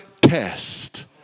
test